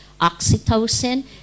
oxytocin